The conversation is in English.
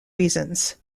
reasons